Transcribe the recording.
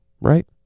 Right